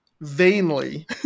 vainly